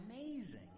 amazing